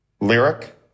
lyric